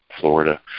Florida